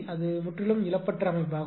அது முற்றிலும் இழப்பற்ற அமைப்பாகும்